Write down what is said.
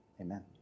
Amen